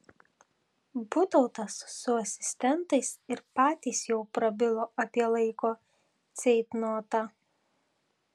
butautas su asistentais ir patys jau prabilo apie laiko ceitnotą